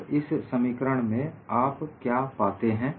और इस समीकरण में आप क्या पाते हैं